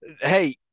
Hey